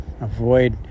avoid